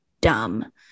dumb